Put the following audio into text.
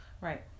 Right